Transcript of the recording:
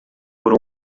por